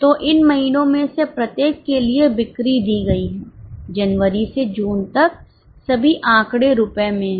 तो इन महीनों में से प्रत्येक के लिए बिक्री दी गई है जनवरी से जून तक सभी आंकड़े रुपये में हैं